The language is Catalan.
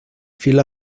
fil